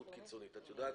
את יודעת?